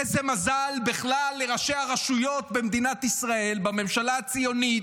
איזה מזל בכלל לראשי הרשויות במדינת ישראל בממשלה הציונית,